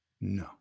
No